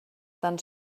tan